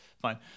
Fine